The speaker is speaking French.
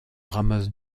ramasse